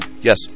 yes